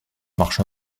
marche